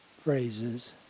phrases